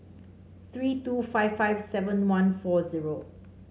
three two five five seven one four zero